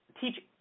teach